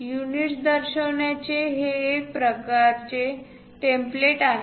units दर्शवण्याचे हे एक प्रकारचे टेम्पलेट आहे